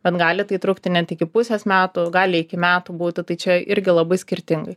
bet gali tai trukti net iki pusės metų gali iki metų būti tai čia irgi labai skirtingai